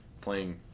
playing